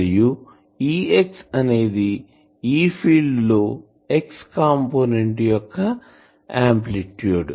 మరియు Ex అనేది E field లో X కంపోనెంట్ యొక్క ఆంప్లిట్యూడ్